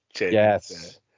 Yes